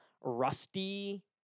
rusty